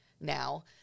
now